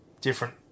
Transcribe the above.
Different